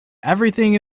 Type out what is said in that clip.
everything